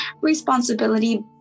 responsibility